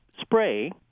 spray